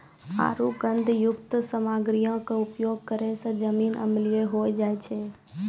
आरु गंधकयुक्त सामग्रीयो के उपयोग करै से जमीन अम्लीय होय जाय छै